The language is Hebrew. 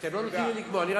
אתם לא נותנים לו לגמור.